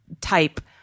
type